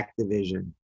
Activision